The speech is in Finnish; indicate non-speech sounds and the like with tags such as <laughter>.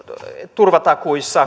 turvatakuissa <unintelligible>